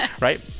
right